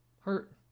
hurt